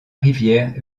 rivière